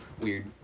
weird